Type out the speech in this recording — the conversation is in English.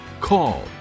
call